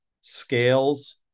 scales